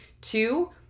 Two